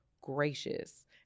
gracious